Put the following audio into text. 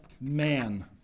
man